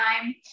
time